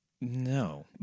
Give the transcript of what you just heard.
No